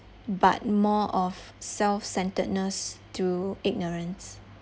but more of self-centeredness through ignorance